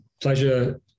pleasure